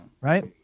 right